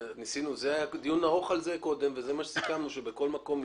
היה דיון ארוך על זה וזה מה שסיכמנו שבכל מקום יהיה.